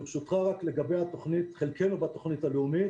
ברשותך, לגבי חלקנו בתוכנית הלאומית.